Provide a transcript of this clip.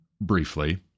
briefly